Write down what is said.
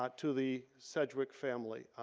but to the sedgwick family.